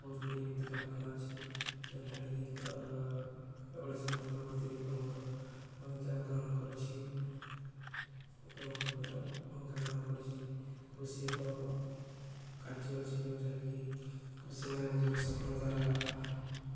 ବହୁତ ଗୁଡ଼ିଏ ଏମିତି କାରଖାନା ଅଛି ଯେଉଁଠାରେ କିି ଓଡ଼ିଶାର ଅଗ୍ରଗତିରେ ପ୍ରମୁଖ ଭୂମିକା ଗ୍ରହଣ କରିଛି ପ୍ରମୁଖ ଭୂମିକା ଗ୍ରହଣ କରିଛି କୃଷି ଏକ କାର୍ଯ୍ୟ ଅଛି ଯେଉଁଠାରେ କିି କୃଷକମାନେ ନିଜର ସଫଳ ଦ୍ୱାରା